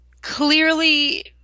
clearly